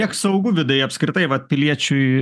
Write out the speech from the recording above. kiek saugu vidai apskritai vat piliečiui